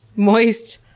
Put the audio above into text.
moist.